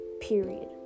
period